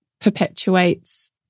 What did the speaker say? perpetuates